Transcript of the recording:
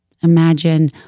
Imagine